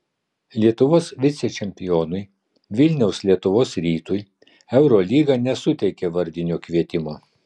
lietuvos vicečempionui vilniaus lietuvos rytui eurolyga nesuteikė vardinio kvietimo